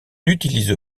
utilise